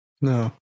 No